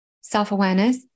self-awareness